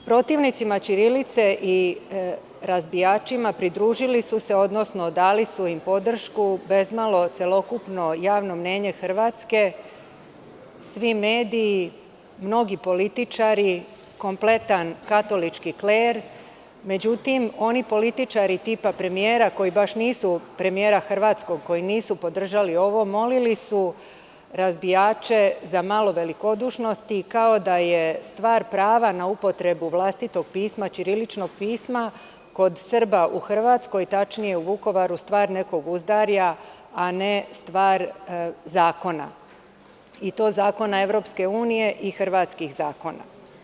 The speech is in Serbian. Protivnica ćirilice i razbijačima pridružili su se odnosno dali su im podršku, bezmalo, celokupno javno mnjenje Hrvatske, svi mediji, mnogi političari, kompletan katolički kler, međutim oni političari tipa premijera Hrvatske, koji baš nisu podržali ovo, molili su razbijače za malo velikodušnosti, kao da je stvar prava na upotrebu vlastitog pisma, ćiriličnog pisma, kod Srba u Hrvatskom, tačnije u Vukovaru, star nekog uzdarja, a ne stvar zakona, i to zakona EU i hrvatskih zakona.